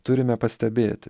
turime pastebėti